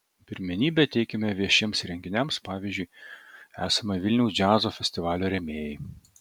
pirmenybę teikiame viešiems renginiams pavyzdžiui esame vilniaus džiazo festivalio rėmėjai